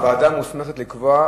הוועדה מוסמכת לקבוע,